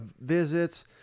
visits